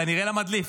כנראה למדליף.